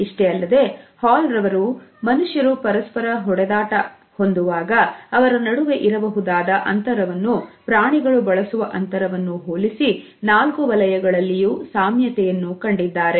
ಇಷ್ಟೇ ಅಲ್ಲದೆ ಹಾಲ್ ರವರು ಮನುಷ್ಯರು ಪರಸ್ಪರ ಹೊಡೆದಾಟ ಹೊಂದುವಾಗ ಅವರ ನಡುವೆ ಇರಬಹುದಾದ ಅಂತರವನ್ನು ಪ್ರಾಣಿಗಳು ಬಳಸುವ ಅಂತರವನ್ನು ಹೋಲಿಸಿ 4 ವಲಯಗಳಲ್ಲಿಯೂ ಸಾಮ್ಯತೆಯನ್ನು ಕಂಡಿದ್ದಾರೆ